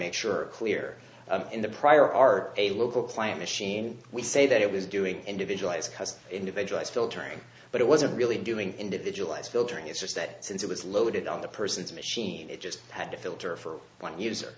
make sure clear in the prior are a local clam machine we say that it was doing individualized individuals filtering but it wasn't really doing individualized filtering it's just that since it was loaded on the person's machine it just had to filter for one user